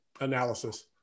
analysis